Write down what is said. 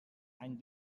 any